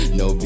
no